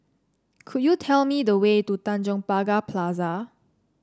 could you tell me the way to Tanjong Pagar Plaza